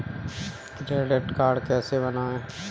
Credit card कैसे बनवाएँ?